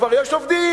כבר יש עובדים,